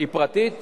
היא פרטית,